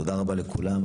תודה רבה לכולם,